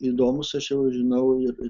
įdomus aš jau žinau ir